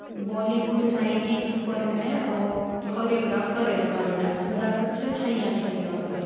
બોલિવૂડના એક ગીત ઉપર મેં કોરિયોગ્રાફ કરેલો મારો ડાન્સ બરાબર છે છૈયાં છૈયાં ઉપર